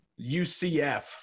UCF